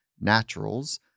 naturals